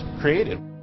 created